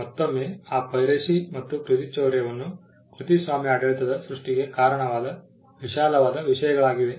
ಮತ್ತೊಮ್ಮೆ ಆ ಪೈರಸಿ ಮತ್ತು ಕೃತಿಚೌರ್ಯವು ಕೃತಿಸ್ವಾಮ್ಯ ಆಡಳಿತದ ಸೃಷ್ಟಿಗೆ ಕಾರಣವಾದ ವಿಶಾಲವಾದ ವಿಷಯಗಳಾಗಿವೆ